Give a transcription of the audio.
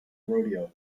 rodeo